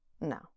No